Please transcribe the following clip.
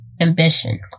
ambition